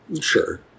Sure